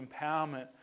empowerment